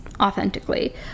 authentically